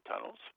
tunnels